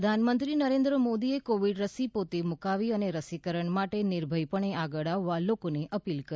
ઃ પ્રધાનમંત્રી નરેન્દ્ર મોદીએ કોવિડ રસી પોતે મુકાવી અને રસીકરણ માટે નિર્ભયપણે આગળ આવવા લોકોને અપીલ કરી